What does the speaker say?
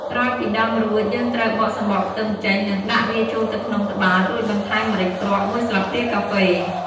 ក្រោយពីដំរួច យើងត្រូវបកសំបកខ្ទឹមចេញ និងដាក់វាចូលទៅក្នុងត្បាល់ រួចបន្ថែម ម្រេចគ្រាប់ ១ស្លាបព្រាកាហ្វេ។